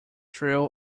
drew